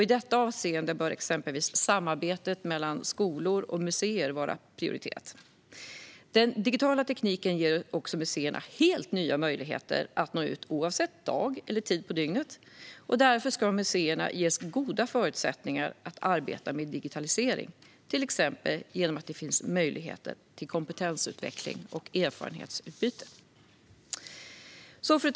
I detta avseende bör exempelvis samarbetet mellan skolor och museer vara prioriterat. Den digitala tekniken ger också museerna helt nya möjligheter att nå ut oavsett dag eller tid på dygnet. Därför ska museerna ges goda förutsättningar att arbeta med digitalisering, till exempel genom att det finns möjligheter till kompetensutveckling och erfarenhetsutbyte. Fru talman!